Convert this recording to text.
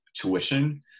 tuition